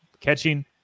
catching